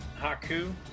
Haku